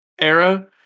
era